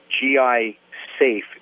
GI-safe